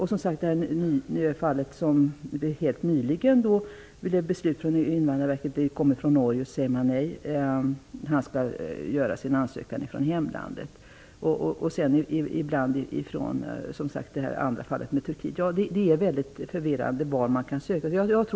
I ett fall nyligen där ansökan hade gjorts från Norge beslutade Invadrarverket att ansökan skall göras från hemlandet. Reglerna för varifrån man kan söka är väldigt förvirrande.